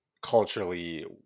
culturally